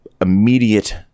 immediate